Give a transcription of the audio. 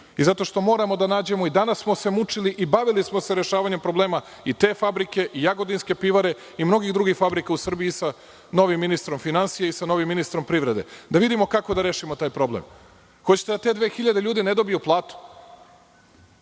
i zato što moramo da nađemo, i danas smo se mučili i bavili smo se rešavanje problema i te fabrike, i Jagodinske pivare i mnogih drugih fabrika u Srbiji sa novim ministrom finansija i sa novim ministrom privrede da vidimo kako da rešimo taj problem. Hoćete da tih 2000 ljudi ne dobiju platu?